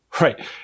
Right